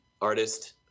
artist